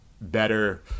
better